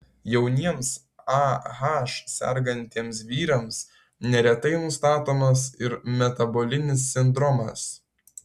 jauniems ah sergantiems vyrams neretai nustatomas ir metabolinis sindromas